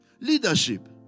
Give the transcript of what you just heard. Leadership